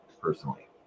personally